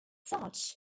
such